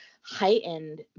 heightened